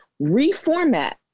reformat